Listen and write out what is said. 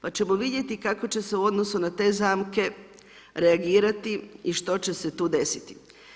Pa ćemo vidjeti kako će se u odnosu na te zamke reagirati i što će se tu desiti.